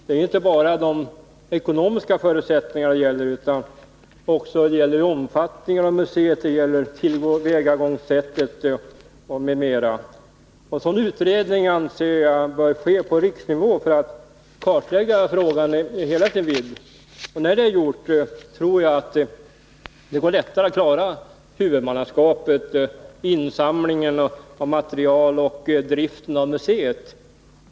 Det är inte bara fråga om de ekonomiska förutsättningarna för museet, utan det gäller också omfattningen av det, tillvägagångssättet m.m. En sådan utredning bör enligt min mening ske på riksnivå, så att man kan kartlägga frågan i hela dess vidd. Sedan en utredning genomförts tror jag det går lättare att lösa frågorna kring huvudmannaskapet, insamlingen av material och driften av museet.